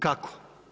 Kako?